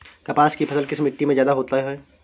कपास की फसल किस मिट्टी में ज्यादा होता है?